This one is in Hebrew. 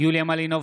יוליה מלינובסקי,